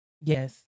Yes